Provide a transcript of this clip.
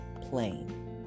plain